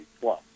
plus